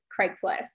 Craigslist